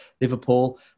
Liverpool